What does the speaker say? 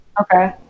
Okay